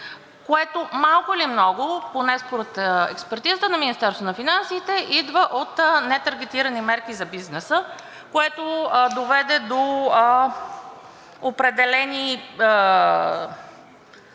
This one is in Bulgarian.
което малко или много поне според експертизата на Министерството на финансите идва от нетаргетирани мерки за бизнеса, което доведе до определени